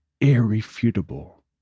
irrefutable